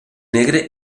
negre